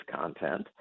content